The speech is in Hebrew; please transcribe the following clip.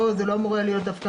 זה לא אמור היה להיות דווקא